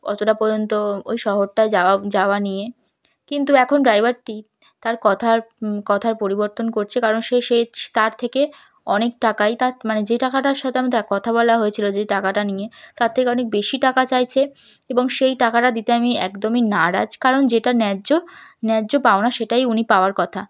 অতটা পর্যন্ত ওই শহরটায় যাওয়া যাওয়া নিয়ে কিন্তু এখন ড্রাইভারটি তার কথার কথার পরিবর্তন করছে কারণ সে সে তার থেকে অনেক টাকাই তার মানে যে টাকাটার সাথে আমি তা কথা বলা হয়েছিল যে টাকাটা নিয়ে তার থেকে অনেক বেশি টাকা চাইছে এবং সেই টাকাটা দিতে আমি একদমই নারাজ কারণ যেটা ন্যায্য ন্যায্য পাওনা সেটাই উনি পাওয়ার কথা